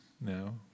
now